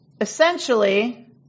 essentially